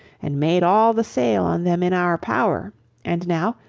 and made all the sail on them in our power and now,